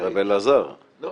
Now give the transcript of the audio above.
אלעזר, אתה